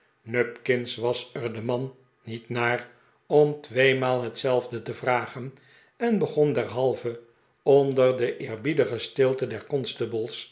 nupkins was er de man niet naar om tweemaal hetzelfde te vragen en begon derhalve onder de eerbiedige stilte der